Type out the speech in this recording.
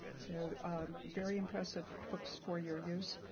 so very impressive books for your use.